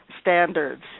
standards